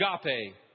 agape